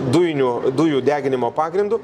dujinių dujų deginimo pagrindu